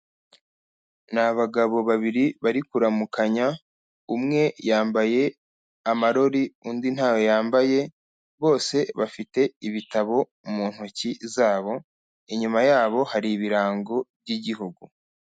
Ni abagabo babiri bari kuramukanya, umwe yambaye amarori undi ntayo yambaye, bose bafite ibitabo mu ntoki zabo, inyuma y'abo hari ibirango by'igihugu.